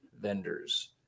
vendors